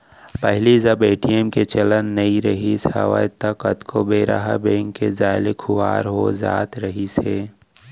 पहिली जब ए.टी.एम के चलन नइ रिहिस हवय ता कतको बेरा ह बेंक के जाय ले खुवार हो जात रहिस हे